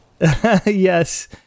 Yes